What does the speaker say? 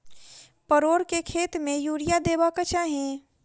परोर केँ खेत मे यूरिया देबाक चही?